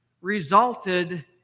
resulted